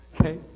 Okay